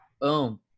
Boom